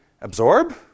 absorb